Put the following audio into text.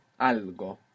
algo